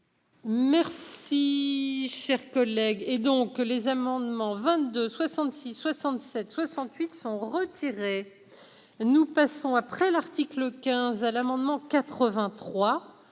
Merci, cher collègue, et donc les amendements 22 66 67 68 sont retirés, nous passons après l'article 15 à l'amendement 83